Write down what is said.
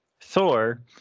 thor